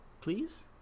please